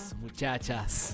muchachas